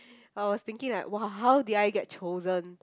I was thinking like !wah! how did I get chosen